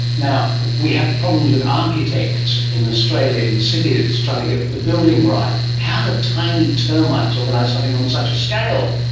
now, we have problems with architects in australia in cities trying to get the building right. how do tiny termites organise something on such a scale?